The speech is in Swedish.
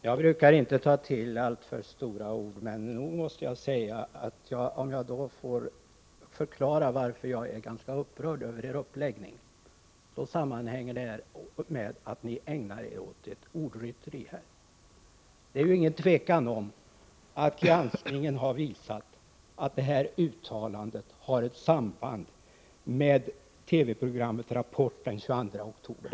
Fru talman! Jag brukar inte ta till alltför stora ord, men jag måste säga att jag är ganska upprörd över er uppläggning av den här debatten. Låt mig få förklara varför. Min upprördhet beror på att ni ägnar er åt ordrytteri. Det är ju inget tvivel om att granskningen har visat att uttalandet från den 24 oktober har ett samband med TV-programmet Rapport den 22 oktober.